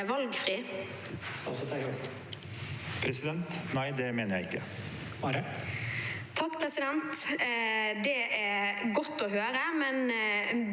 Det er godt å høre, men